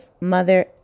mother